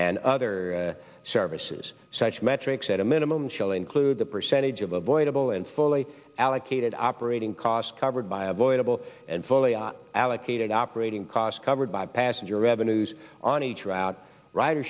and other services such metrics at a minimum shall include the percentage of avoidable and fully allocated operating costs covered by avoidable and foliott allocated operating costs covered by passenger revenues on each route rider